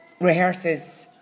rehearses